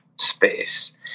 space